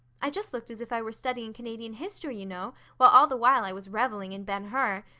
i just looked as if i were studying canadian history, you know, while all the while i was reveling in ben hur.